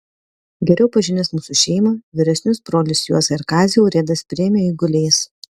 geriau pažinęs mūsų šeimą vyresnius brolius juozą ir kazį urėdas priėmė eiguliais